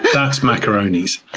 that's macaroni's.